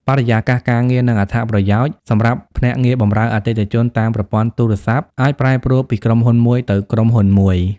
បរិយាកាសការងារ និងអត្ថប្រយោជន៍សម្រាប់ភ្នាក់ងារបម្រើអតិថិជនតាមប្រព័ន្ធទូរស័ព្ទ អាចប្រែប្រួលពីក្រុមហ៊ុនមួយទៅក្រុមហ៊ុនមួយ។